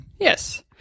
Yes